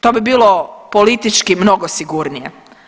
To bi bilo politički mnogo sigurnije.